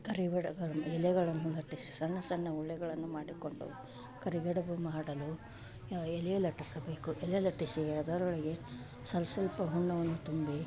ಕರಿಗಡಬು ರ ಎಲೆಗಳನ್ನು ಲಟ್ಟಿಸಿ ಸಣ್ಣ ಸಣ್ಣ ಗುಳ್ಳೆಗಳನ್ನು ಮಾಡಿಕೊಂಡು ಕರಿಗಡಬು ಮಾಡಲು ಎಲೆ ಲಟ್ಟಿಸಬೇಕು ಎಲೆ ಲಟ್ಟಿಸಿ ಅದರೊಳಗೆ ಸಸ್ವಲ್ಪ ಹೂರ್ಣವನ್ನು ತುಂಬಿ